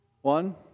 One